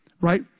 right